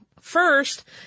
First